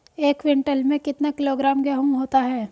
एक क्विंटल में कितना किलोग्राम गेहूँ होता है?